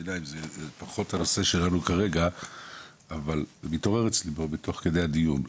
זה פחות הנושא שלנו כרגע אבל מתעורר אצלי תוך כדי הדיון.